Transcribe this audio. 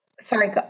Sorry